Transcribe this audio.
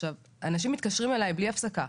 עכשיו אנשים מתקשרים אליי בלי הפסקה,